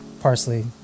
parsley